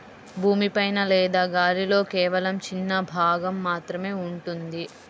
భూమి పైన లేదా గాలిలో కేవలం చిన్న భాగం మాత్రమే ఉంటుంది